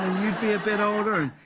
would be a bit older,